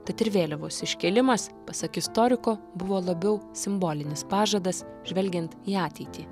tad ir vėliavos iškėlimas pasak istoriko buvo labiau simbolinis pažadas žvelgiant į ateitį